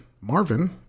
Marvin